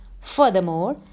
Furthermore